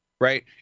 right